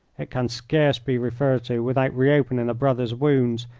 it can scarce be referred to without reopening a brother's wounds,